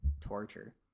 torture